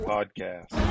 Podcast